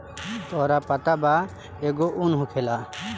तोहरा पता बा एगो उन होखेला